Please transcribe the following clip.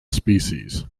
species